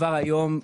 כבר היום,